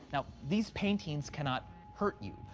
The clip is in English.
now, these paintings cannot hurt you,